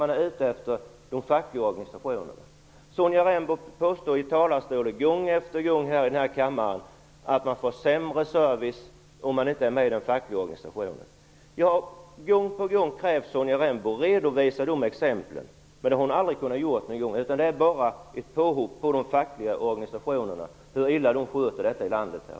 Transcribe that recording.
Man är ute efter de fackliga organisationerna. Gång efter gång påstår Sonja Rembo i talarstolen här i kammaren att man får sämre service om man inte är med i den fackliga organisationen. Gång på gång har jag krävt att Sonja Rembo skall redovisa sina exempel. Det har hon aldrig kunnat göra. Det är bara ett påhopp på de fackliga organisationerna och på hur de sköter sin verksamhet ute i landet.